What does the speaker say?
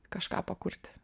kažką pakurti